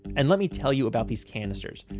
and let me tell you about these canisters.